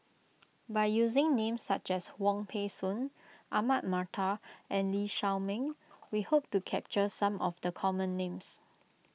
by using names such as Wong Peng Soon Ahmad Mattar and Lee Shao Meng we hope to capture some of the common names